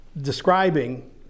describing